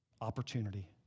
opportunity